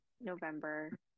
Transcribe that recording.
November